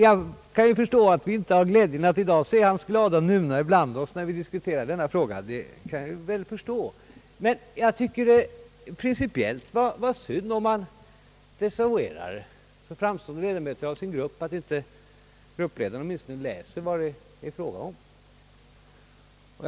Jag kan förstå att vi i dag inte har glädjen att se hans glada nuna ibland oss när vi diskuterar denna fråga. Jag tycker dock att det prin cipiellt är synd att desavouera framstående medlemmar av sin grupp och att inte gruppledaren åtminstone läser vad det är fråga om.